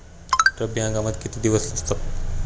रब्बी हंगामात किती दिवस असतात?